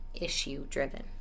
issue-driven